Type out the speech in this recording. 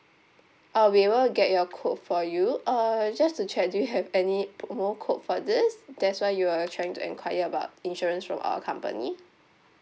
I'll be able to get your quote for you uh just to check do you have any promo code for this that's why you are trying to enquire about insurance from our company